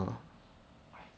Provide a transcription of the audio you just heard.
but my [one] is